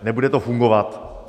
Nebude to fungovat.